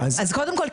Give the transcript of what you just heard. קודם כל,